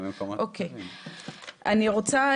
אני רוצה